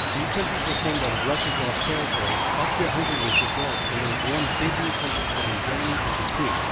new countries were formed out of russia's lost territory austria-hungary was dissolved and there was one big new country splitting germany into two.